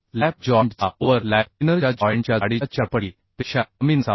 lap joint चा overlap thinner च्या joint च्या जाडीच्या चारपटि पेक्षा कमी नसावा